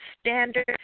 standard